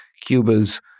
Cuba's